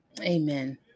Amen